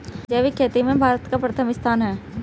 जैविक खेती में भारत का प्रथम स्थान है